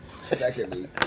Secondly